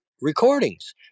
recordings